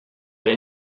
rey